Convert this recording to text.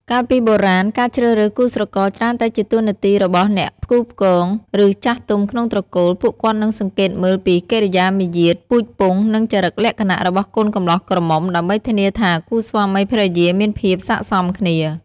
កាលពីបុរាណ ការជ្រើសរើសគូស្រករច្រើនតែជាតួនាទីរបស់ អ្នកផ្គូផ្គង ឬ ចាស់ទុំក្នុងត្រកូល ពួកគាត់នឹងសង្កេតមើលពី កិរិយាមារយាទ ពូជពង្ស និង ចរិតលក្ខណៈ របស់កូនកម្លោះក្រមុំ ដើម្បីធានាថាគូស្វាមីភរិយាមានភាពស័ក្តិសមគ្នា។